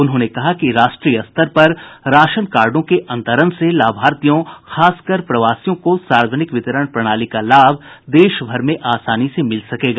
उन्होंने कहा कि राष्ट्रीय स्तर पर राशनकार्डो के अंतरण से लाभार्थियों खासकर प्रवासियों को सार्वजनिक वितरण प्रणाली का लाभ देश भर में आसानी से मिल सकेगा